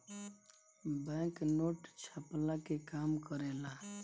bank note छ्पला के काम करेला